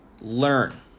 learn